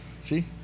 See